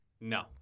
No